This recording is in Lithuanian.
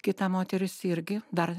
kita moteris irgi dar